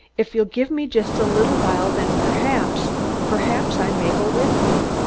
if you'll give me just a little while then perhaps perhaps i may go with you.